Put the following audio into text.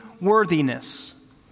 worthiness